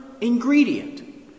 ingredient